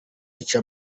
bica